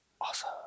awesome